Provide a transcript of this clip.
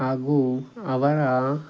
ಹಾಗೂ ಅವರ